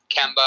Kemba